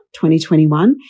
2021